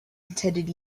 intended